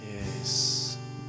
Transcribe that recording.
Yes